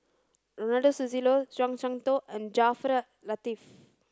Ronald Susilo Zhuang Shengtao and Jaafar Latiff